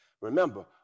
Remember